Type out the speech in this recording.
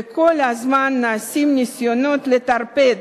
וכל הזמן נעשים ניסיונות לטרפד